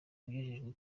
ujejwe